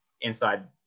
inside